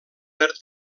per